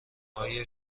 آیا